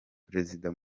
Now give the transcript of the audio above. perezida